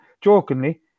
Jokingly